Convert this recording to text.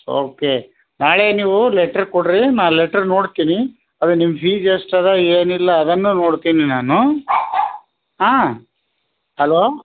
okay ನಾಳೆ ನೀವು letter ಕೊಡ್ರಿ ನಾನು ಲೆಟ್ರ್ ನೋಡ್ತೀನಿ ಅದು ನಿಮ್ಮ ಫೀಸ್ ಎಷ್ಟು ಅದೆ ಏನಿಲ್ಲ ಅದನ್ನು ನೋಡ್ತೀನಿ ನಾನು ಹಾಂ ಹಲೋ